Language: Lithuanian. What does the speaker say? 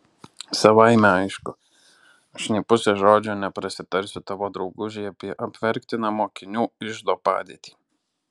savaime aišku aš nė puse žodžio neprasitarsiu tavo draugužei apie apverktiną mokinių iždo padėtį